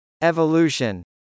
Evolution